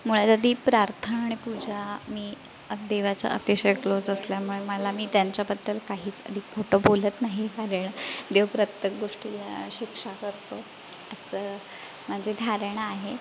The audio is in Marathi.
मुळात आधी प्रार्थना आणि पूजा मी देवाच्या अतिशय क्लोज असल्यामुळे मला मी त्यांच्याबद्दल काहीच आधी खोटं बोलत नाही फार वेळा देव प्रत्येक गोष्टीत शिक्षा करतो असं म्हणजे धारणा आहे